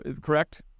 Correct